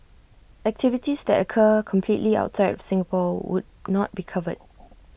activities that occur completely outside of Singapore would not be covered